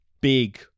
big